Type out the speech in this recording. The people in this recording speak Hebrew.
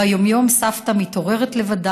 ביום-יום סבתא מתעוררת לבד,